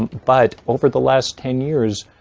but over the last ten years,